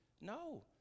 No